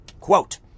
Quote